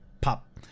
pop